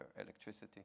electricity